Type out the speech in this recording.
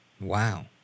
Wow